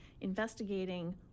investigating